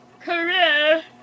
Career